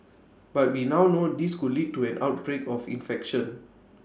but we now know this could lead to an outbreak of infection